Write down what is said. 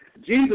Jesus